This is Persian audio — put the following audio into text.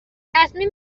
تصمیم